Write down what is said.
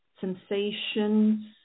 sensations